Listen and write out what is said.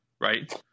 right